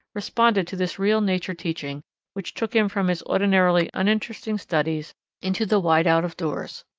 responded to this real nature teaching which took him from his ordinarily uninteresting studies into the wide out of doors.